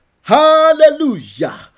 Hallelujah